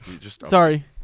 Sorry